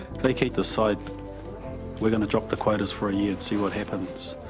they can decide we're going to drop the quotas for a year and see what happens.